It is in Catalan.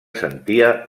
sentia